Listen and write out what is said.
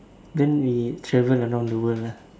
then we travel around the world lah